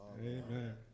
Amen